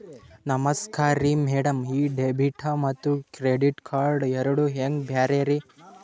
ನಮಸ್ಕಾರ್ರಿ ಮ್ಯಾಡಂ ಈ ಡೆಬಿಟ ಮತ್ತ ಕ್ರೆಡಿಟ್ ಕಾರ್ಡ್ ಎರಡೂ ಹೆಂಗ ಬ್ಯಾರೆ ರಿ?